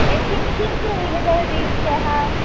यत् किं किं त्रीणि ह्यः